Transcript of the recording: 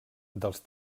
dels